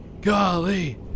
golly